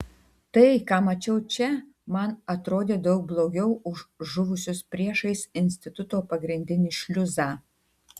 tai ką mačiau čia man atrodė daug blogiau už žuvusius priešais instituto pagrindinį šliuzą